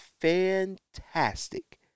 fantastic